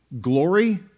Glory